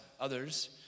others